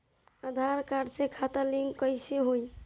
आधार card से खाता link कईसे होई?